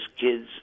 kids